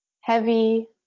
heavy